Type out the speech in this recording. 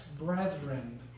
brethren